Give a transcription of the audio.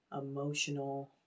emotional